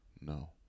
No